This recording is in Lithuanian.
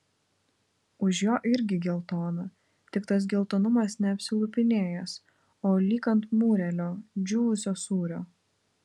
už jo irgi geltona tik tas geltonumas ne apsilupinėjęs o lyg ant mūrelio džiūvusio sūrio